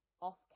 off